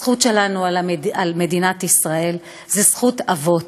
הזכות שלנו על מדינת ישראל היא זכות אבות.